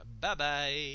Bye-bye